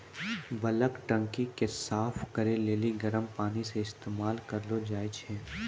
bulk टंकी के साफ करै लेली गरम पानी के इस्तेमाल करलो जाय छै